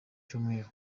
cyumweru